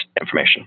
information